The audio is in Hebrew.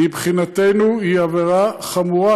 מבחינתנו היא עבירה חמורה,